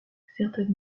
certaines